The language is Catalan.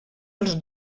els